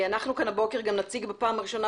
אנחנו כאן הבוקר גם נציג בפעם הראשונה